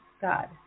God